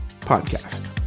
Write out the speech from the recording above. podcast